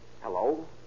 Hello